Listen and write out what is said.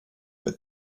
but